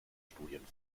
studien